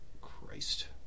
Christ